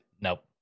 nope